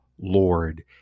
Lord